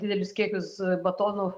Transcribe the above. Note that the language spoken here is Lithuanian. didelius kiekius batonų